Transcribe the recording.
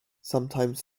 sometimes